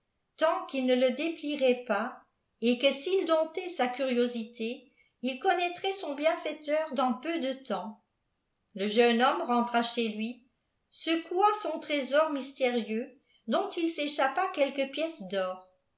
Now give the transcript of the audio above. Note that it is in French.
tant qu'il ne le déplierait pas et que il clopiplait sa curiosité il connaîtrait son bienfaiteur dans pou flejlemps le jeune homme rentra chez lui secoua son trésor mystérieux dçnt il s'éçhàp a quelques pièces d'or